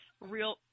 Real